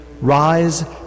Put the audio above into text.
rise